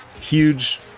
huge